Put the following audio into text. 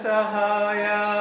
Sahaya